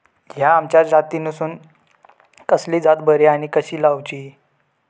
हया आम्याच्या जातीनिसून कसली जात बरी आनी कशी लाऊची?